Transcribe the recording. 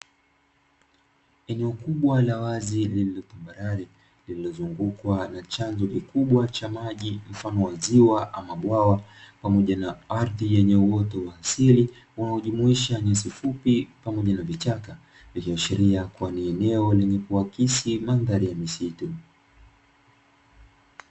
Eneo kubwa la wazi lililo tambarare lililozungukwa na chanzo kikubwa cha maji mfano wa mto ama bwawa, pamoja na ardhi yenye uoto wa asili unaojumuisha nyasi fupi pamoja na vichaka, ikiashiria kuwa ni eneo lenye kuakisi mandhari ya misitu.